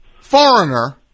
Foreigner